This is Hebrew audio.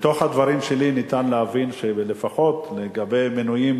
הדברים שלי ניתן להבין שלפחות לגבי מינויים